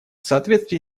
соответствии